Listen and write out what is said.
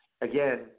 again